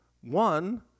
one